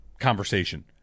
conversation